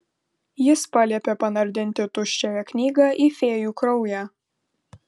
jis paliepė panardinti tuščiąją knygą į fėjų kraują